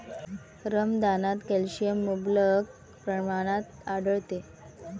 रमदानात कॅल्शियम मुबलक प्रमाणात आढळते